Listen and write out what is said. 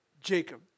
Jacob